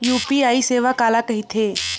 UPI सेवा काला कइथे?